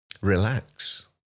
relax